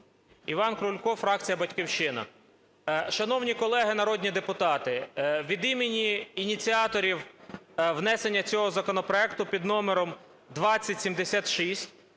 Іван Крулько, фракція "Батьківщина". Шановні колеги народні депутати, від імені ініціаторів внесення цього законопроекту під номером 2076,